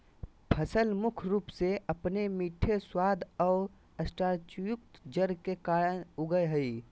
फसल मुख्य रूप से अपने मीठे स्वाद और स्टार्चयुक्त जड़ के कारन उगैय हइ